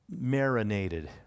marinated